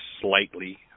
slightly